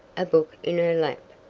a book in her lap.